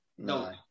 No